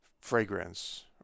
fragrance